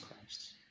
Christ